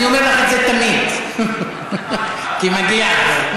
אני אומר לך את זה תמיד, כי מגיע לך.